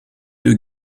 deux